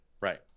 Right